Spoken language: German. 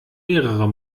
mehrere